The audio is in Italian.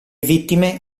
vittime